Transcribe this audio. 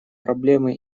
проблемы